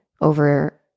over